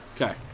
Okay